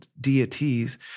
deities